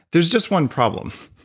there's just one problem.